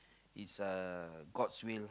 it's uh god's will